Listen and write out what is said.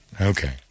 Okay